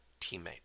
teammate